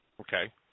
Okay